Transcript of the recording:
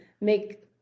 make